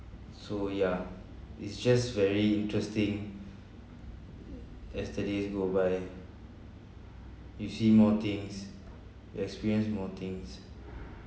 so ya it's just very interesting yesterdays go by you see more things you experience more things